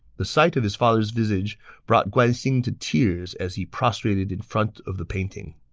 the sight of his father's visage brought guan xing to tears as he prostrated in front of the painting